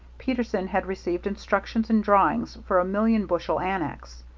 peterson had received instructions and drawings for a million bushel annex.